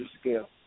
scale